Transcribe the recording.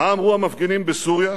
מה אמרו המפגינים בסוריה?